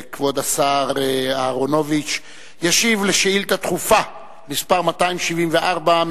כבוד השר אהרונוביץ ישיב על שאילתא דחופה מס' 274,